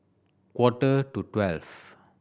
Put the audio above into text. quarter to twelve